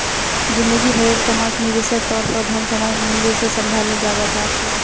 जिंदगी भरेर कमाईक निवेशेर तौर पर धन सामयिक मूल्य से सम्भालाल जवा सक छे